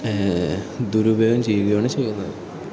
ദുരുപയോഗം ചെയ്യുകയാണ് ചെയ്യുന്നത്